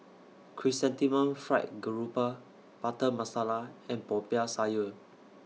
Chrysanthemum Fried Garoupa Butter Masala and Popiah Sayur